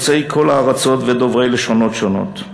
יוצאי כל הארצות ודוברי לשונות שונות.